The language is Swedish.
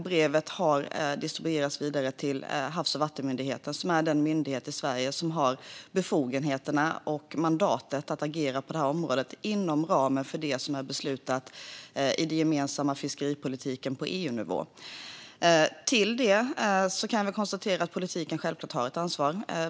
Brevet har distribuerats vidare till Havs och vattenmyndigheten, som är den myndighet i Sverige som har befogenheterna och mandatet att agera på det här området inom ramen för det som är beslutat i den gemensamma fiskeripolitiken på EU-nivå. Till detta kan vi konstatera att politiken självklart har ett ansvar.